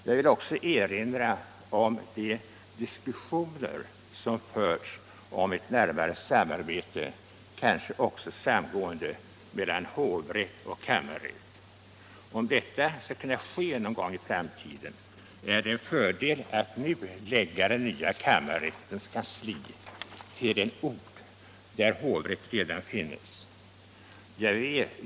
Jag vill också erinra om de diskussioner som förts om ett närmare samarbete, kanske också samgående, mellan hovrätt och kammarrätt. Om detta skall kunna ske någon gång i framtiden, är det en fördel att nu förlägga den nya kammarrättens kansli till en ort där hovrätt redan finns.